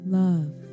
love